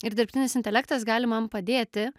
ir dirbtinis intelektas gali man padėti